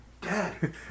Dad